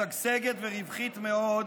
משגשגת ורווחית מאוד,